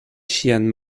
ŝiajn